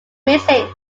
missing